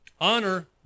honor